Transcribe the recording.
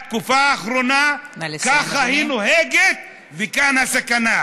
בתקופה האחרונה ככה היא נוהגת, וכאן הסכנה.